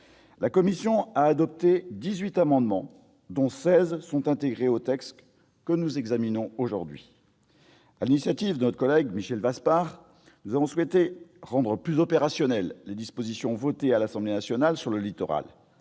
La commission a adopté dix-huit amendements, dont seize sont intégrés au texte que nous examinons aujourd'hui. Sur l'initiative de notre collègue Michel Vaspart, nous avons souhaité rendre plus opérationnelles les dispositions votées à l'Assemblée nationale concernant le littoral,